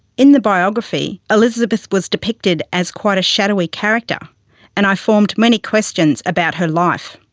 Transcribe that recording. in the biography, elizabeth was depicted as quite a shadowy character and i formed many questions about her life.